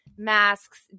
Masks